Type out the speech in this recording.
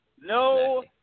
No